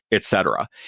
etc.